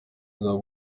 uzaba